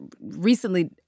recently